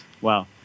Wow